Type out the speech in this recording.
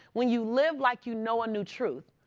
when you live like you know a new truth,